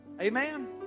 Amen